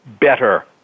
better